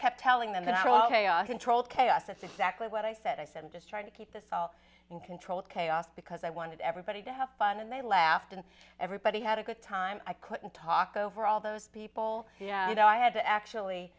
kept telling them that all chaos controlled chaos that's exactly what i said i said i'm just trying to keep this all in controlled chaos because i wanted everybody to have fun and they laughed and everybody had a good time i couldn't talk over all those people you know i had to actually